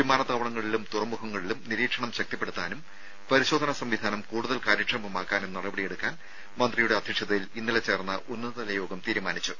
വിമാനത്താവളങ്ങളിലും തുറമുഖങ്ങളിലും നിരീക്ഷണം ശക്തിപ്പെടുത്താനും പരിശോധനാ സംവിധാനം കൂടുതൽ കാര്യക്ഷമമാക്കാനും നടപടിയെടുക്കാൻ മന്ത്രിയുടെ അധ്യക്ഷതയിൽ ചേർന്ന ഉന്നതതല യോഗം തീരുമാനിച്ചു